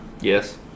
Yes